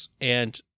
and-